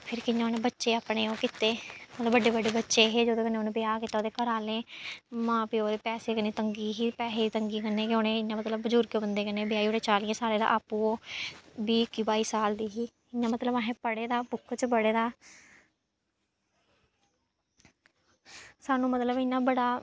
फिर कि'यां उन बच्चे अपने ओह् कीते ओह्दे बड्डे बड्डे बच्चे हे जोह्दे कन्नै उन ब्याह् कीता ओह्दे घरा आह्लें मां प्यो दे पैसे कन्नै तंगी ही पैहे दी तंगी कन्नै गै उ'नें इ'यां मतलब बजुर्ग बंदे कन्नै गै ब्याही ओड़ेआ चाह्लियें साल्लें दा आपूं ओह् बीह् इक्की बाई साल दी ही इ'यां मतलब असें पढ़े दा बुक च पढ़े दा सानूं इ'यां मतलब बड़ा